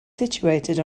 situated